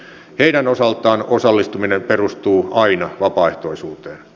heidän osaltaan osallistuminen perustuu aina vapaaehtoisuuteen